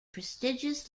prestigious